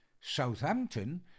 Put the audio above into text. Southampton